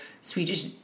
Swedish